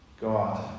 God